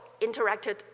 interacted